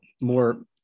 more